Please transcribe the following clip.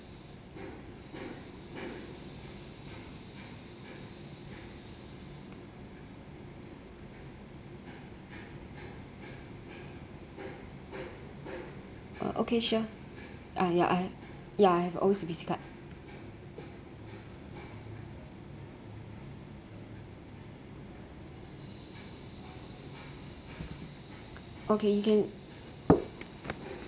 uh okay sure ah ya I have ya I have O_C_B_C card okay you can